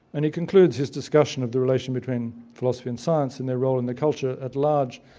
and he concludes his discussion of the relation between philosophy and science and the role in the culture at large,